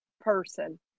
person